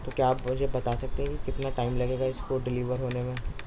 تو کیا آپ مجھے بتا سکتے ہیں کہ کتنا ٹائم لگے گا اس کو ڈلیور ہونے میں